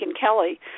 Kelly